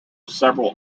several